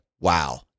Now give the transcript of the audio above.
wow